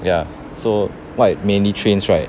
ya so what it mainly trains right